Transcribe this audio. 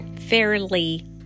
fairly